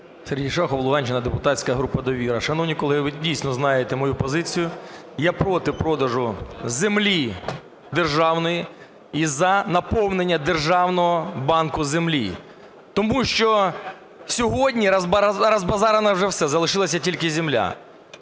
Сергій Шахов, Луганщина, депутатська група "Довіра". Шановні колеги, ви дійсно знаєте мою позицію: я проти продажу землі державної і за наповнення державного банку землі. Тому що сьогодні розбазарено вже все, залишилася тільки земля.